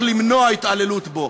שצריך למנוע התעללות בו.